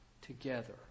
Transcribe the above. together